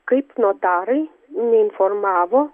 kaip notarai neinformavo